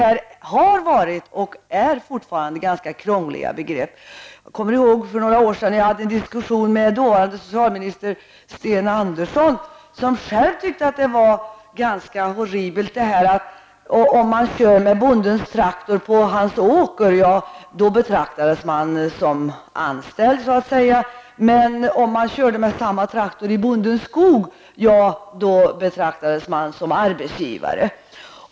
Dessa begrepp har alltså varit, och är fortfarande, ganska krångliga. Jag erinrar mig en diskussion som jag hade för några år sedan med dåvarande socialminister Sten Andersson, som själv tyckte att vissa saker var ganska horribla. Det kunde t.ex. gälla att den som kör med en bondes traktor på dennes åker betraktas som anställd medan den som kör med samma traktor i bondens skog betraktas som arbetsgivare.